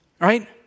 Right